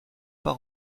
par